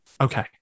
Okay